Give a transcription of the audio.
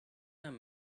i’m